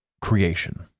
creation